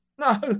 no